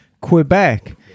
Quebec